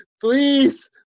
please